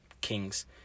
Kings